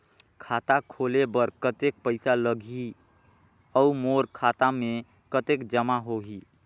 खाता खोले बर कतेक पइसा लगही? अउ मोर खाता मे कतका जमा होही?